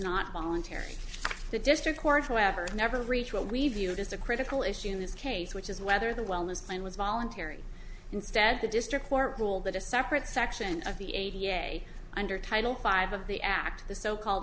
not voluntary the district court whoever never reach will review it as a critical issue in this case which is whether the wellness plan was voluntary instead the district court ruled that a separate section of the a p a under title five of the act the so called